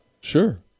Sure